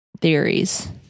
theories